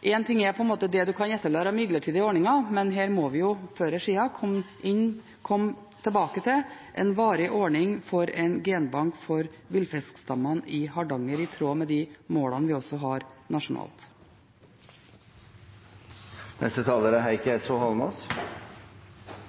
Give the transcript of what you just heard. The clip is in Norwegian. Én ting er det man kan etablere av midlertidige ordninger, men her må vi før eller siden komme tilbake til en varig ordning for en genbank for villfiskstammene i Hardanger i tråd med de målene vi også har nasjonalt. Også i dag må vi kunne slå fast at et flertall i denne salen ikke er